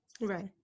right